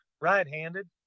right-handed